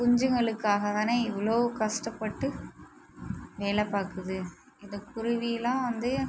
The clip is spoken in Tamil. குஞ்சுங்களுக்காகதானே இவ்வளோ கஷ்டப்பட்டு வேலை பார்க்குது இந்த குருவிலாம் வந்து